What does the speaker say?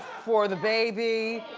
for the baby,